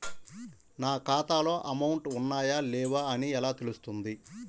నా ఖాతాలో అమౌంట్ ఉన్నాయా లేవా అని ఎలా తెలుస్తుంది?